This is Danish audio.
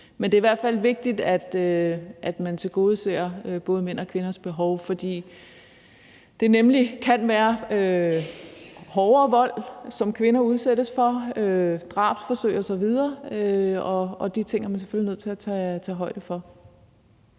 men det er i hvert fald vigtigt, at man tilgodeser både mænds og kvinders behov, fordi det nemlig kan være hårdere vold, som kvinder udsættes for, drabsforsøg osv., og de ting er man selvfølgelig nødt til at tage højde for.